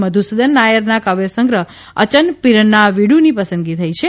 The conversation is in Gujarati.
મધુસૂદન નાયરના કાવ્યસંગ્રહ અચન પિરન્ના વીડુની પસંદગી થઇ છે